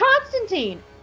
Constantine